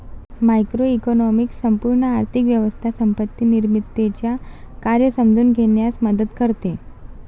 macroeconomics संपूर्ण आर्थिक व्यवस्था संपत्ती निर्मितीचे कार्य समजून घेण्यास मदत करते